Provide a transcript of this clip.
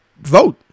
Vote